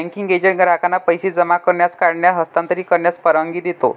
banking agent ग्राहकांना पैसे जमा करण्यास, काढण्यास, हस्तांतरित करण्यास परवानगी देतो